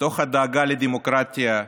מתוך דאגה לדמוקרטיה,